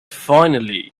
finally